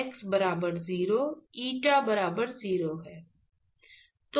X बराबर 0 eta बराबर 0 है